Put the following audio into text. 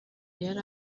yari